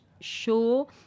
show